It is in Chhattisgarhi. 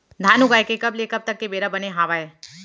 धान उगाए के कब ले कब तक के बेरा बने हावय?